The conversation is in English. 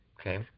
Okay